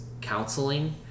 counseling